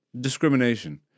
Discrimination